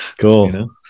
Cool